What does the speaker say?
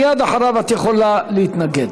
מייד אחריו את יכולה להתנגד.